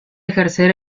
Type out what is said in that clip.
ejercer